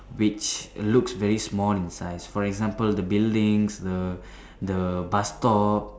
which looks very small in size for example the buildings the the bus stop